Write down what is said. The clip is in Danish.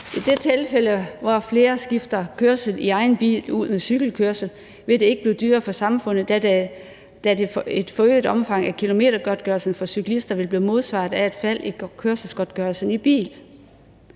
I det tilfælde, hvor flere skifter kørsel i egen bil ud med cykelkørsel, vil det ikke blive dyrere for samfundet, da et forøget omfang af kilometergodtgørelse for cyklister vil blive modsvaret af et fald i kørselsgodtgørelse for